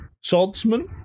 Swordsman